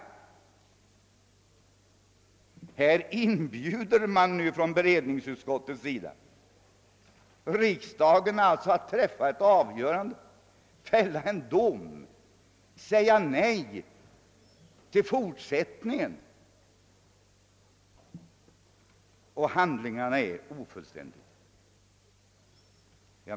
Här inbjuder alltså beredningsutskottet riksdagen att träffa ett avgörande, fälla en dom, säga nej till fortsättningen — och handlingarna är ofullständiga!